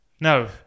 no